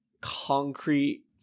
concrete